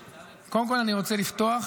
קודם כול, אני רוצה לפתוח